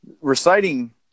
reciting